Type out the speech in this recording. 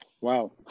Wow